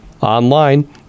Online